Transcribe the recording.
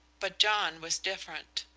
but john was different.